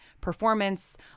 performance